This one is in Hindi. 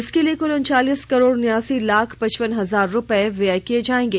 इसके लिए कुल उनचालीस करोड़ उनयासी लाख पचपन हजार रुपए व्यय किए जाएंगे